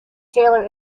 taylor